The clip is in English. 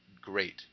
Great